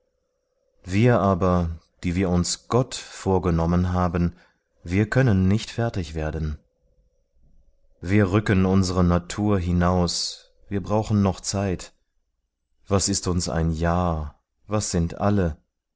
wir aber die wir uns gott vorgenommen haben wir können nicht fertig werden wir rücken unsere natur hinaus wir brauchen noch zeit was ist uns ein jahr was sind alle